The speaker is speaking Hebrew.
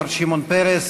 מר שמעון פרס.